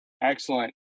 excellent